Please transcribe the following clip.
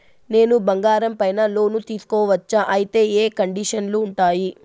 నేను బంగారం పైన లోను తీసుకోవచ్చా? అయితే ఏ కండిషన్లు ఉంటాయి?